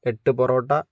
എട്ട് പൊറോട്ട